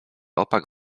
opak